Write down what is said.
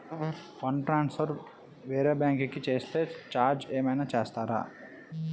Fund transfer వేరే bank కి చేస్తే ఛార్జ్ ఏమైనా వేస్తారా?